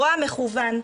רוע מכוון,